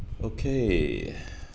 okay